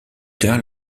tard